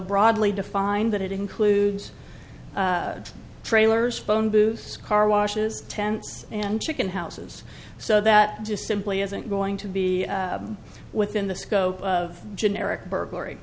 broadly defined that it includes trailers phone booths car washes tents and chicken houses so that just simply isn't going to be within the scope of generic burglary